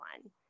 one